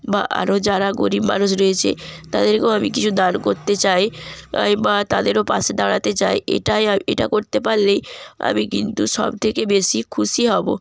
বা আরও যারা গরীব মানুষ রয়েছে তাদেরকেও আমি কিছু দান করতে চাই আমি মা তাদেরও পাশে দাঁড়াতে চাই এটাই আ এটা করতে পারলেই আমি কিন্তু সব থেকে বেশি খুশি হবো